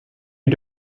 you